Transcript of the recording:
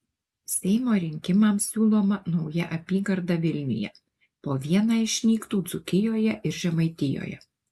seimo rinkimams siūloma nauja apygarda vilniuje po vieną išnyktų dzūkijoje ir žemaitijoje